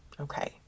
Okay